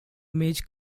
image